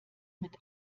mit